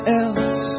else